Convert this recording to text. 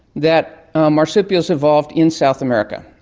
that marsupials evolved in south america.